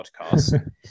podcast